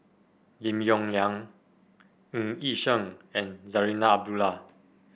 Lim Yong Liang Ng Yi Sheng and Zarinah Abdullah